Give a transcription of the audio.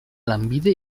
lanbide